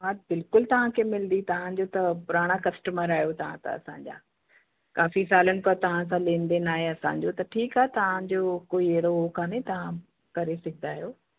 हा बिल्कुलु तव्हांखे मिलंदी तव्हांजो त पुराणा कस्टमर आहियो तव्हां त असांजा काफ़ी सालनि खां तव्हां खां लेन देन आहे असांजो त ठीकु आहे तव्हांजो कोई अहिड़ो हो कोन्हे तव्हां करे सघंदा आहियो